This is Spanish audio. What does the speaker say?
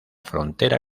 frontera